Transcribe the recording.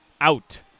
out